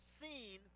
seen